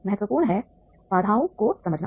महत्वपूर्ण है बाधाओं को समझना